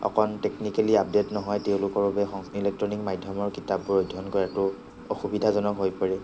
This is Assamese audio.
অকণ টেকনিকেলি আপডেট নহয় তেওঁলোকৰ বাবে ইলেকট্ৰনিক মাধ্য়মৰ কিতাপবোৰ অধ্য়য়ন কৰাটো অসুবিধাজনক হৈ পৰে